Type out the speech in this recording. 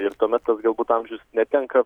ir tuomet galbūt amžius netenka